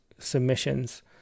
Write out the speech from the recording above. submissions